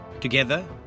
Together